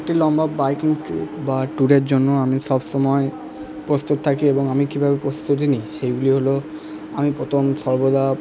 একটি লম্বা বাইকিং বা ট্যুরের জন্য আমি সবসময় প্রস্তুত থাকি এবং আমি কীভাবে প্রস্তুতি নিই সেইগুলি হল আমি প্রথম সর্বদা